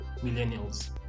millennials